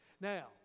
Now